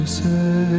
say